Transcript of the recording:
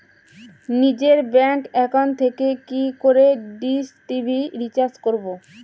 নিজের bank account থেকে কি করে ডিশ টি.ভি রিচার্জ করবো?